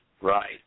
right